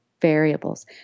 variables